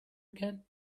again